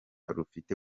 rufite